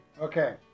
Okay